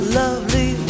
lovely